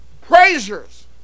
Praisers